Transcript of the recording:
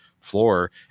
floor